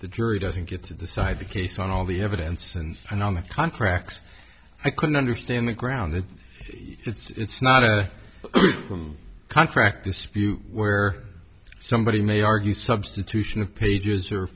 the jury doesn't get to decide the case on all the evidence and i don't the contracts i couldn't understand the ground that it's not a contract dispute where somebody may argue substitution of pages or